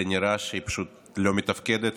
זה נראה שהיא פשוט לא מתפקדת,